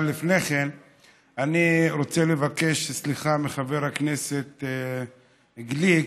אבל לפני כן אני רוצה לבקש סליחה מחבר הכנסת גליק,